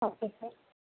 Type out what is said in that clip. okay sir